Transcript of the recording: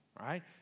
right